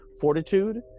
Fortitude